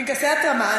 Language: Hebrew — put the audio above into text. פנקסי התרמה.